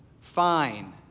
Fine